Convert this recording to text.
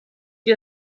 qui